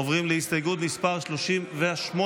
עוברים להסתייגות מס' 37